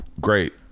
great